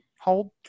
hold